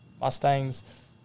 Mustangs